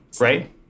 Right